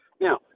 Now